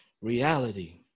reality